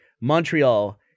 Montreal